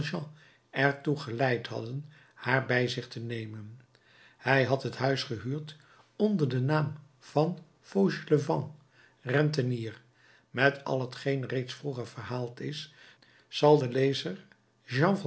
er toe geleid hadden haar bij zich te nemen hij had het huis gehuurd onder den naam van fauchelevent rentenier met al hetgeen reeds vroeger verhaald is zal de lezer